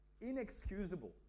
inexcusable